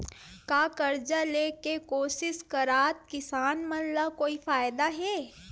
का कर्जा ले के कोशिश करात किसान मन ला कोई फायदा हे?